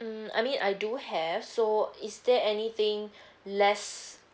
mm I mean I do have so is there anything less